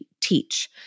teach